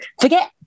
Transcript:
forget